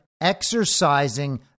exercising